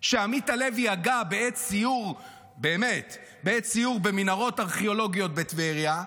שעמית הלוי הגה בעת סיור במנהרות ארכיאולוגיות בטבריה,